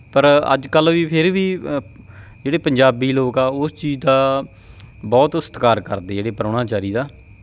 ਪਰ ਅੱਜ ਕੱਲ੍ਹ ਵੀ ਫਿਰ ਵੀ ਜਿਹੜੇ ਪੰਜਾਬੀ ਲੋਕ ਆ ਉਸ ਚੀਜ਼ ਦਾ ਬਹੁਤ ਸਤਿਕਾਰ ਕਰਦੇ ਜਿਹੜੇ ਪ੍ਰਾਹੁਣਾਚਾਰੀ ਦਾ